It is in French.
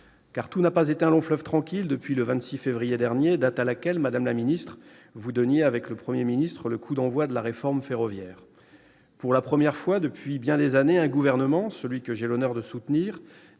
tout n'a pas été un long fleuve tranquille depuis le 26 février dernier, date à laquelle, madame la ministre, vous avez donné avec le Premier ministre le coup d'envoi de la réforme ferroviaire. Pour la première fois depuis bien des années, un gouvernement, celui que j'ai l'honneur de soutenir,